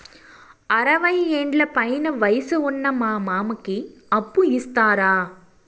అరవయ్యేండ్ల పైన వయసు ఉన్న మా మామకి అప్పు ఇస్తారా